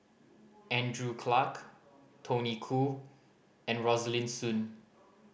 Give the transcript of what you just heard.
Andrew Clarke Tony Khoo and Rosaline Soon